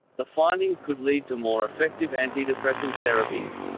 the findings could lead to more effective antidepressant therapies.